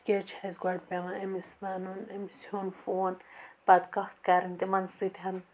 یہِ کیازِ چھِ اَسہِ گۄڈٕ پیٚوان أمِس وَنُن أمِس ہیوٚن فون پَتہٕ کَتھ کَرٕنۍ تِمَن سۭتۍ